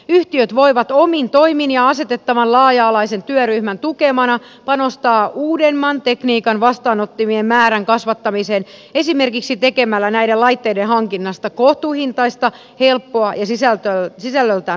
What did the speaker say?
yhtiöt voivat omin toimin ja asetettavan laaja alaisen työryhmän tukemana panostaa uudemman tekniikan vastaanottimien määrän kasvattamiseen esimerkiksi tekemällä näiden laitteiden hankinnasta kohtuuhintaista helppoa ja sisällöltään houkuttelevaa